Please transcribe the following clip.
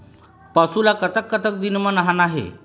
पशु ला कतक कतक दिन म नहाना हे?